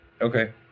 Okay